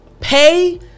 pay